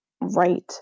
right